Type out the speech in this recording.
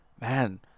man